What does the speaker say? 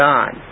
God